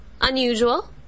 unusual